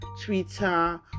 Twitter